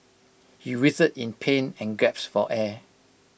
he writhed in pain and gaps for air